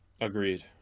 Agreed